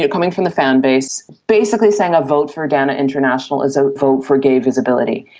ah coming from the fan base, basically saying a vote for dana international is a vote for gay visibility.